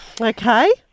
Okay